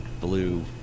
blue